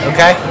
Okay